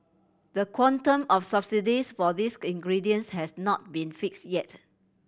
the quantum of subsidies for these ingredients has not been fixed yet